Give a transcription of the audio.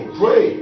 pray